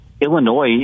Illinois